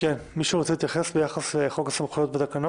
מישהו רוצה להתייחס ביחס לחוק הסמכויות ולתקנות?